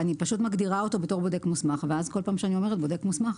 אני מגדירה אותו בתור בודק מוסמך ואז כל פעם שאני אומרת בודק מוסמך,